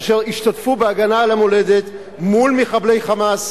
אשר השתתפו בהגנה על המולדת מול מחבלי "חמאס",